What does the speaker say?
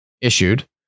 issued